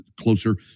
closer